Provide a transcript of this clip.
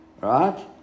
right